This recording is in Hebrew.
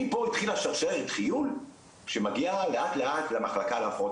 מפה התחילה 'שרשרת חיול' שמגיעה לאט לאט למחלקה להפרעות